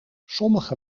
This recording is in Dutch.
sommige